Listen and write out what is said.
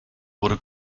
wurde